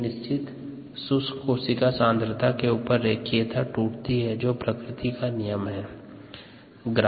एक निश्चित शुष्क कोशिका सांद्रता के ऊपर रेखीयता टूटती है जो प्रकृति का नियम है